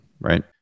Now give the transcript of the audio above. right